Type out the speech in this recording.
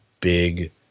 big